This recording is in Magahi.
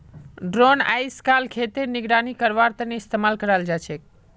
ड्रोन अइजकाल खेतेर निगरानी करवार तने इस्तेमाल कराल जाछेक